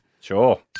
sure